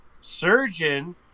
Surgeon